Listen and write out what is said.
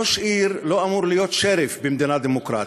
ראש עיר לא אמור להיות שריף במדינה דמוקרטית,